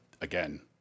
again